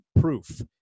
proof